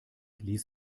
ließ